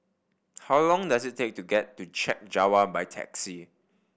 how long does it take to get to Chek Jawa by taxi